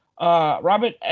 Robert